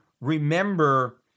remember